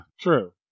True